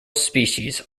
species